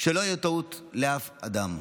שלא תהיה טעות לאף אדם.